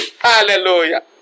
hallelujah